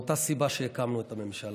מאותה סיבה שהקמנו את הממשלה.